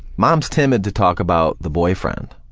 mom is timid to talk about the boyfriend,